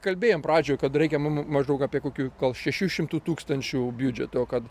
kalbėjom pradžioj kad reikia mum maždaug apie kokių gal šešių šimtų tūkstančių biudžeto kad